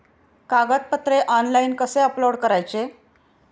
कागदपत्रे ऑनलाइन कसे अपलोड करायचे?